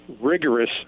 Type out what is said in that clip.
rigorous